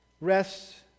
rests